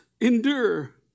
endure